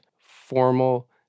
formal